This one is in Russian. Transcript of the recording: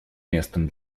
местом